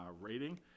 rating